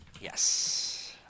Yes